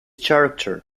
character